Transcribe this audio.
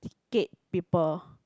gate people